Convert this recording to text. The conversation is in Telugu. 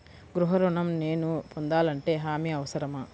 గృహ ఋణం నేను పొందాలంటే హామీ అవసరమా?